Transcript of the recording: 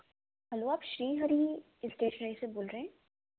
hello आप Shrihari stationery से बोल रहेहैं